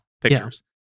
pictures